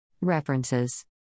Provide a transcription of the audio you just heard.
References